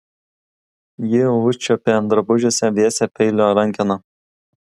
ji užčiuopė drabužiuose vėsią peilio rankeną